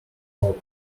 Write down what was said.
thought